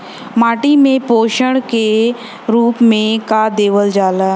माटी में पोषण के रूप में का देवल जाला?